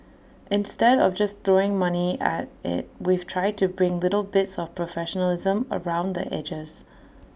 instead of just throwing money at IT we've tried to bring little bits of professionalism around the edges